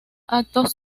actos